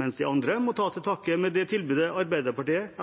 mens de andre må ta til takke med det tilbudet Arbeiderpartiet,